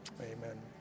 Amen